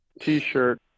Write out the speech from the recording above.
T-shirt